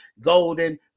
Golden